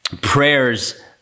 prayers